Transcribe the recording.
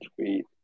tweet